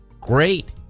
Great